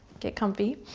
get comfy.